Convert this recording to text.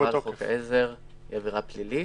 עבירה על חוק עזר היא עבירה פלילית.